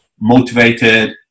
motivated